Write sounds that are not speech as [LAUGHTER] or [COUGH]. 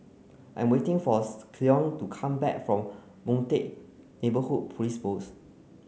I'm waiting for [UNINTELLIGIBLE] Cleone to come back from Boon Teck Neighbourhood Police Post